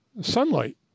sunlight